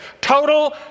total